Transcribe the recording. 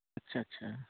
اچھا اچھا